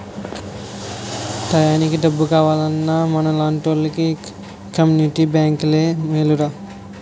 టయానికి డబ్బు కావాలన్నా మనలాంటోలికి కమ్మునిటీ బేంకులే మేలురా